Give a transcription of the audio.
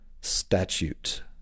statute